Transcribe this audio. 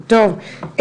טוב,